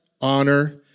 honor